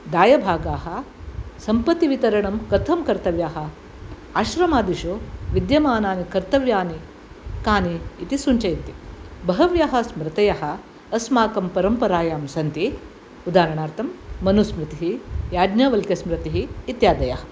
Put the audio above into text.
दायभागाः सम्पतिवितरणं कथं कर्तव्यः आश्रमादिषु विद्यमानानि कर्तव्यानि कानि इति सुञ्चयन्ति बह्व्यः स्मृतयः अस्माकं परम्पारायां सन्ति उदाहरणार्थं मनुस्मृतिः याज्ञवल्क्यस्मृतिः इत्यादयः